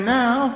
now